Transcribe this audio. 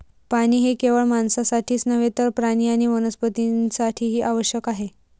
पाणी हे केवळ माणसांसाठीच नव्हे तर प्राणी आणि वनस्पतीं साठीही आवश्यक आहे